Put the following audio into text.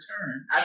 return